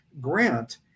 Grant